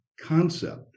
concept